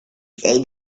say